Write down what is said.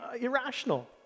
irrational